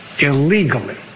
illegally